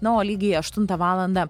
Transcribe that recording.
na o lygiai aštuntą valandą